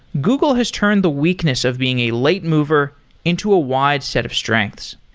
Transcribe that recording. google has turned the weakness of being a late mover into a wide set of strengths.